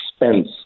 expense